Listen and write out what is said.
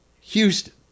Houston